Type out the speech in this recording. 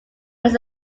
like